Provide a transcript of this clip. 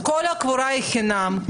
כל הקבורה היא חינם.